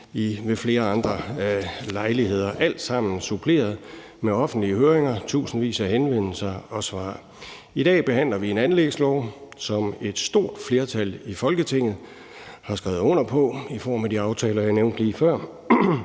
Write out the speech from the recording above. flere andre lejligheder, hvilket alt sammen er blevet suppleret med offentlige høringer og tusindvis af henvendelser og svar. I dag behandler vi en anlægslov, som et stort flertal i Folketinget har skrevet under på i form af de aftaler, jeg nævnte lige før,